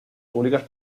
públicas